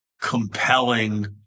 compelling